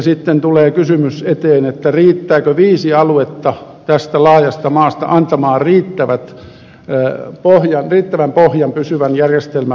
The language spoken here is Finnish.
sitten tulee kysymys eteen riittääkö viisi aluetta tästä laajasta maasta antamaan riittävän pohjan pysyvän järjestelmän luomiselle